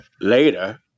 Later